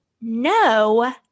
No